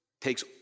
takes